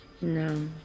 No